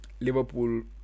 Liverpool